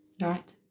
Right